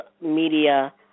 media